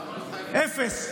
אפס,